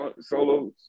solo